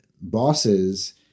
bosses